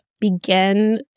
begin